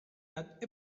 that